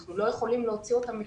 אנחנו לא יכולים להוציא אותן מכיסנו.